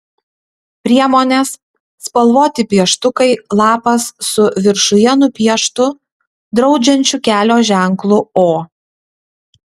priemonės spalvoti pieštukai lapas su viršuje nupieštu draudžiančiu kelio ženklu o